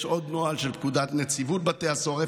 יש עוד נוהל של פקודת נציבות בתי הסוהר,